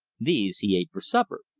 these he ate for supper.